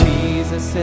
Jesus